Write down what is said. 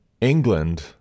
England